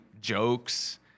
jokes